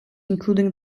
including